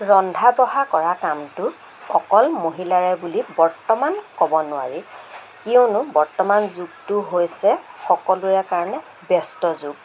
ৰন্ধা বঢ়া কৰা কামটো অকল মহিলাৰে বুলি বৰ্তমান ক'ব নোৱাৰি কিয়নো বৰ্তমান যুগটো হৈছে সকলোৰে কাৰণে ব্যস্ত যুগ